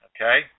Okay